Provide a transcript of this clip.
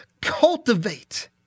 Cultivate